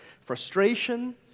frustration